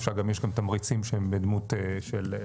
יש גם תמריצים בדמות של,